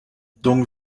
donc